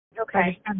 okay